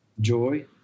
joy